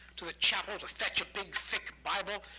to the chapel, to fetch a big thick bible,